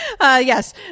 Yes